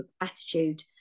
attitude